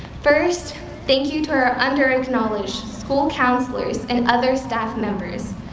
first, thank you to our under acknowledged school counselors and other staff members,